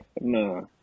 No